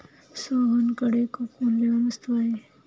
सोहनकडे खूप मौल्यवान वस्तू आहे